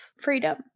freedom